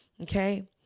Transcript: Okay